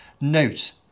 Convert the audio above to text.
note